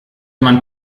man